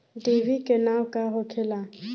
डिभी के नाव का होखेला?